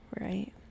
right